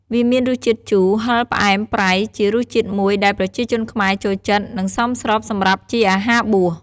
វាមានរសជាតិជូរ ហឹរ ផ្អែម ប្រៃ ជារសជាតិមួយ ដែលប្រជាជនខ្មែរចូលចិត្ត និងសមស្របសម្រាប់ជាអាហារបួស។